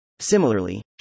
Similarly